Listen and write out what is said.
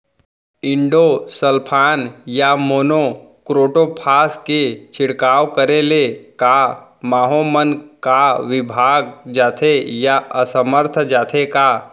Endosulfan या monocrotophos के छिड़काव करे ले क माहो मन का विभाग जाथे या असमर्थ जाथे का?